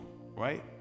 right